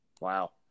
Wow